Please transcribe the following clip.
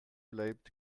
bleibt